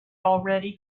already